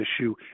issue